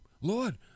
lord